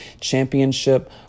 championship